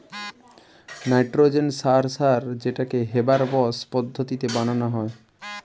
nitrogen সার সার যেটাকে হেবার বস পদ্ধতিতে বানানা হয়